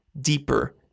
deeper